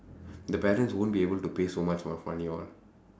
the parents won't be able to pay so much [one]